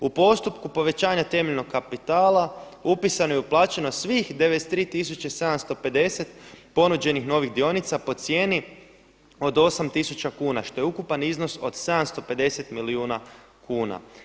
U postupku povećanja temeljnog kapitala upisano je i uplaćeno svih 93 tisuće 750 ponuđenih novih dionica po cijeni od 8 tisuća kuna što je ukupan iznos od 750 milijuna kuna.